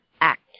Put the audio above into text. act